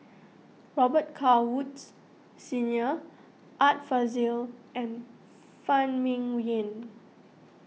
Robet Carr Woods Senior Art Fazil and Phan Ming Yen